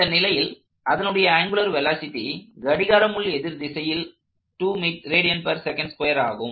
இந்த நிலையில் அதனுடைய ஆங்குலார் வெலாசிட்டி கடிகார எதிர்திசையில் ஆகும்